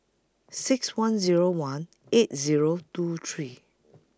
six one Zero one eight Zero two three